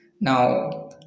Now